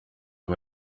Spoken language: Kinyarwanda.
aba